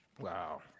wow